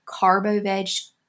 CarboVeg